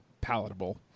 palatable